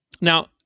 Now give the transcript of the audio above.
Now